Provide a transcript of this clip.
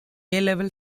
level